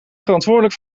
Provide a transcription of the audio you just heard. verantwoordelijk